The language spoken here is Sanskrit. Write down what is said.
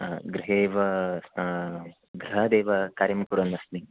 हा गृहे एव स्ना गृहादेव कार्यं कुर्वन्नस्मि